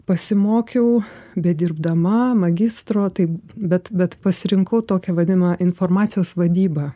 pasimokiau bedirbdama magistro taip bet bet pasirinkau tokią vadinamą informacijos vadybą